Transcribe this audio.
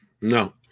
No